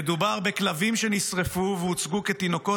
מדובר בכלבים שנשרפו והוצגו כתינוקות